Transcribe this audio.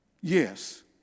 Yes